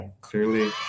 clearly